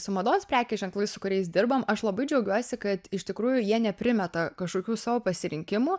su mados prekės ženklais su kuriais dirbam aš labai džiaugiuosi kad iš tikrųjų jie neprimeta kažkokių savo pasirinkimų